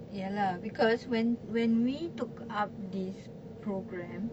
ya lah because when when we took up this program